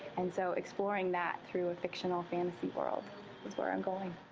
and so exploring that through a fictional fantasy world is where i'm going.